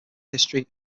history